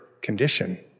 condition